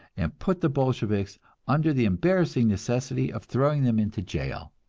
and put the bolsheviks under the embarrassing necessity of throwing them into jail.